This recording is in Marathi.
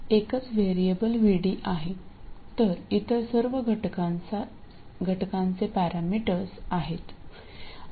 एकच व्हेरिएबल VD आहे तर इतर सर्व घटकांचे पॅरामीटर्सआहेत